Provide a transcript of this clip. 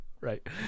right